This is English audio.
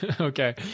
Okay